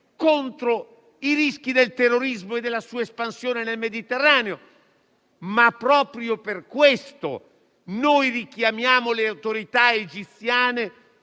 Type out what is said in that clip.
contro i rischi del terrorismo e della sua espansione nel Mediterraneo. Proprio per questo richiamiamo le autorità egiziane